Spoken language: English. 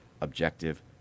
objective